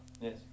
Yes